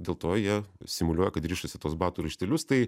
dėl to jie simuliuoja kad rišasi tuos batų raištelius tai